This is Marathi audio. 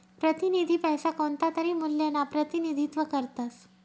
प्रतिनिधी पैसा कोणतातरी मूल्यना प्रतिनिधित्व करतस